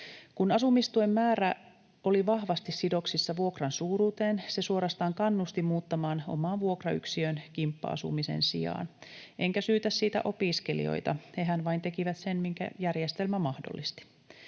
Kun asumistuen määrä oli vahvasti sidoksissa vuokran suuruuteen, se suorastaan kannusti muuttamaan omaan vuokrayksiöön kimppa-asumisen sijaan. Enkä syytä siitä opiskelijoita — hehän vain tekivät sen, minkä järjestelmä mahdollisti.